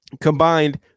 combined